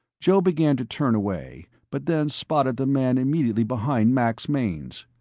joe began to turn away, but then spotted the man immediately behind max mainz.